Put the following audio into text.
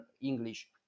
English